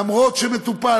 אף שמטופל,